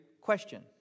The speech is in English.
question